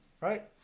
right